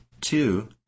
two